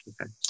Okay